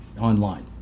online